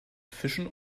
fischen